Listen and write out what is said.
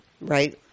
right